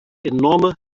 enorme